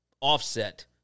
offset